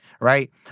right